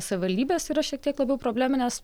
savivaldybės yra šiek tiek labiau probleminės